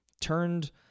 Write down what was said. turned